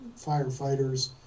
firefighters